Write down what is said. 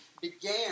began